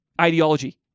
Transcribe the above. ideology